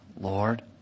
Lord